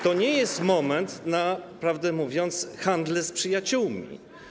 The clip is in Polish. To nie jest moment, prawdę mówiąc, na handel z przyjaciółmi.